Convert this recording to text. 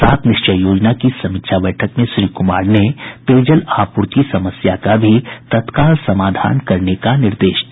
सात निश्चय योजना की समीक्षा बैठक में श्री कुमार ने पेयजल आपूर्ति समस्या का भी तत्काल समाधान करने का निर्देश दिया